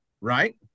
right